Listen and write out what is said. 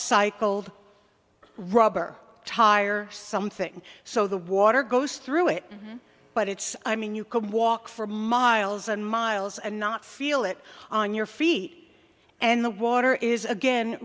cycled rubber tire or something so the water goes through it but it's i mean you could walk for miles and miles and not feel it on your feet and the water is again